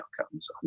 outcomes